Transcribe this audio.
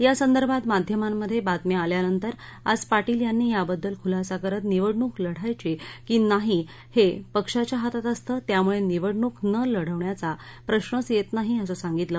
यासंदर्भात माध्यमांमध्या वितम्या आल्यानंतर आज पाटील यांनी याबद्दल खुलासा करत निवडणूक लढवायची की नाही हा पिक्षाच्या हातात असतं त्यामुळ निवडणूक न लढवण्याचा प्रश्रच यत्त नाही असं सांगितलं